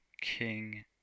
King